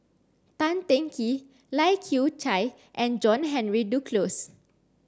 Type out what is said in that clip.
Tan Teng Kee Lai Kew Chai and John Henry Duclos